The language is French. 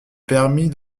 permis